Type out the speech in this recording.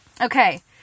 Okay